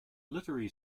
literary